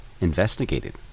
investigated